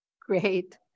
Great